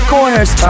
Corners